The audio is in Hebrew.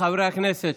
חברי הכנסת.